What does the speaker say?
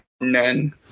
None